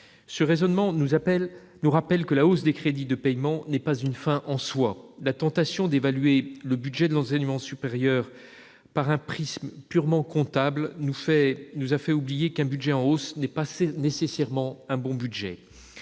Ce raisonnement nous rappelle que la hausse des crédits de paiement n'est pas une fin en soin. La tentation d'évaluer le budget de l'enseignement supérieur par un prisme purement comptable nous a fait oublier qu'un budget en hausse n'est pas nécessairement un bon budget.